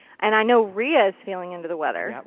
and i know reah is feeling under the weather.